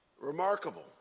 Remarkable